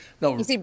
no